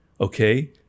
Okay